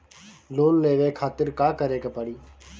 Loan लेवे खातिर का करे के पड़ी?